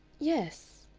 yes,